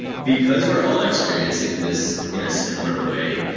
because we're all experiencing this in a similar way,